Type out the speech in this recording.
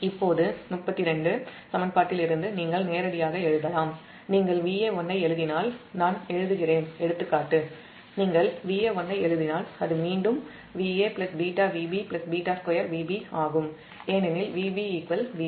இப்போது 32 சமன்பாட்டிலிருந்து நீங்கள் நேரடியாக எழுதலாம் Va1 ஐ எழுதினால் அது மீண்டும் Va βVb β2Vb ஆக இருக்கும் ஏனெனில் Vb Vc